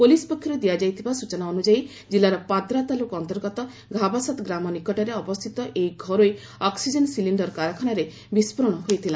police ପକ୍ଷରୁ ଦିଆଯାଇଥିବା ସୂଚନା ଅନୁଯାୟୀ ଜିଲ୍ଲାର ପାଦ୍ରା ତାଲୁକ ଅନ୍ତର୍ଗତ ଘାବାସାଦ୍ ଗ୍ରାମ ନିକଟରେ ଅବସ୍ଥିତ ଏହି ଘରୋଇ ଅକ୍ନିଜେନ୍ ସିଲିଣ୍ଡର କାରଖାନାରେ ବିସ୍ଫୋରଣ ହୋଇଥିଲା